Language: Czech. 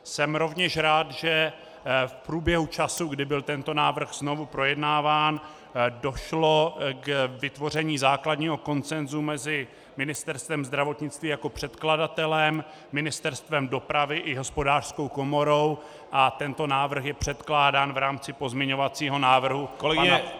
Jsem rovněž rád, že v průběhu času, kdy byl tento návrh znovu projednáván, došlo k vytvoření základního konsenzu mezi Ministerstvem zdravotnictví jako předkladatelem, Ministerstvem dopravy i Hospodářskou komorou a tento návrh je předkládán v rámci pozměňovacího návrhu pana